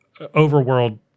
overworld